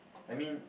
I mean